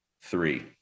Three